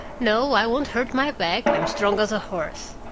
no, i won't hurt my back i'm strong as a horse.